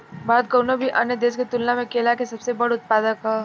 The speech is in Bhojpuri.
भारत कउनों भी अन्य देश के तुलना में केला के सबसे बड़ उत्पादक ह